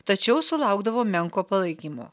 tačiau sulaukdavo menko palaikymo